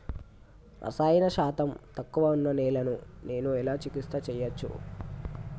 రసాయన శాతం తక్కువ ఉన్న నేలను నేను ఎలా చికిత్స చేయచ్చు?